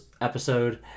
episode